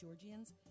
georgians